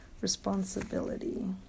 Responsibility